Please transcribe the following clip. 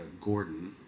Gordon